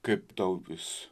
kaip tau jis